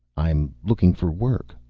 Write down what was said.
i'm looking for work,